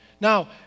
Now